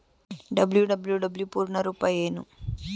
WWW ಪೂರ್ಣ ರೂಪ ಏನು?